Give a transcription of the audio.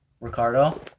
Ricardo